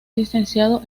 licenciado